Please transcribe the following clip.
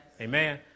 Amen